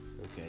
Okay